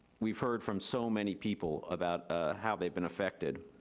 we've heard from so many people about ah how they've been affected.